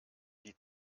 die